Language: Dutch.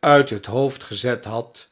uit het hoofd gezet had